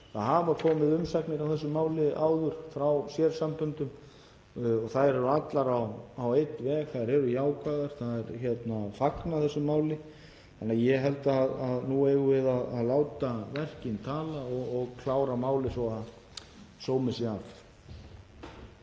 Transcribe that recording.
Það hafa komið umsagnir um þetta mál áður frá sérsamböndum og þær eru allar á einn veg, þær eru jákvæðar, þær fagna þessu máli. Þannig að ég held að nú eigum við að láta verkin tala og klára málið svo að sómi sé að.